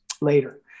later